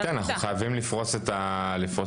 כן, אנחנו חייבים לפרוס את התואר.